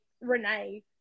Renee